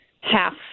half